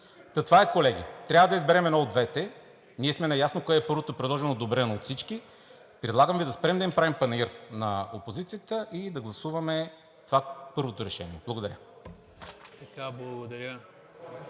това е, колеги, трябва да изберем едно от двете. Ние сме наясно кое е първото предложено и одобрено от всички, предлагам Ви да спрем да правим панаир на опозицията и да гласуваме първото решение. Благодаря.